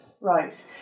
Right